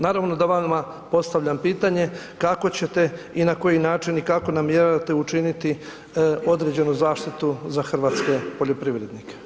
Naravno da vama postavljam pitanje, kako ćete i na koji način i kako namjeravate učiniti određenu zaštitu za hrvatske poljoprivrednike?